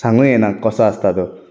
सांगूं येना कसो आसता तो